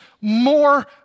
more